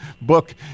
book